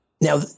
Now